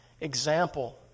example